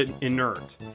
inert